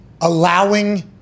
allowing